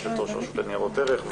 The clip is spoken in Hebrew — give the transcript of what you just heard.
יושבת-ראש רשות לניירות ערך,